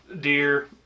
deer